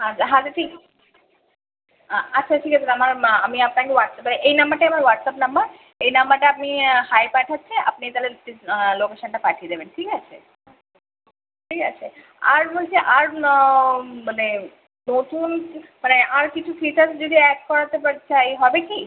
আচ্ছা হাজরা ঠিক আচ্ছা ঠিক আছে আমার মা আমি আপনাকে হোয়াটসঅ্যাপে এই নাম্বারটাই আমার হোয়াটসঅ্যাপ নাম্বার এই নাম্বারটা আপনি হাই পাঠাচ্ছি আপনি তাহলে প্লিজ লোকেশানটা পাঠিয়ে দেবেন ঠিক আছে ঠিক আছে আর বলছি আর মানে নতুন কি মানে আর কিছু ফিচার্স যদি অ্যাড করাতে পা চাই হবে কি